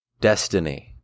Destiny